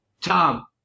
Tom